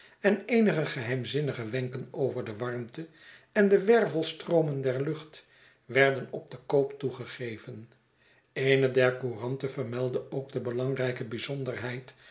en eenige geheimzinnige wenken over de warmte en de wervelstroomen der lucht werden op den koop toegegeven eene der couranten vermeldde ook de belangrijke